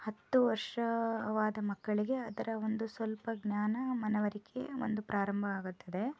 ಹತ್ತು ವರ್ಷವಾದ ಮಕ್ಕಳಿಗೆ ಅದರ ಒಂದು ಸ್ವಲ್ಪ ಜ್ಞಾನ ಮನವರಿಕೆ ಒಂದು ಪ್ರಾರಂಭ ಆಗುತ್ತದೆ